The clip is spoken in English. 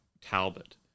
Talbot